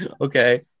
okay